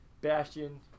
Bastion